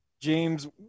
James